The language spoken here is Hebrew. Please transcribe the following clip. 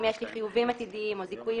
אם יש לי חיובים עתידיים או זיכויים